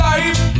Life